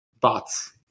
bots